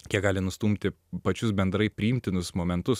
kiek gali nustumti pačius bendrai priimtinus momentus